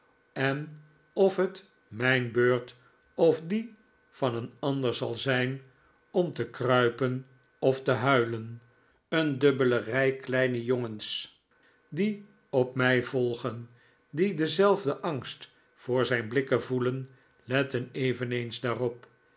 en of het mijn beurt david copperfield of die van een ander zal zijn om te kruipen of te huilen een dubbele rij kleine jongens die op mij volgen die denzelfden angst voor zijn blikken voelen letten eveneens daarop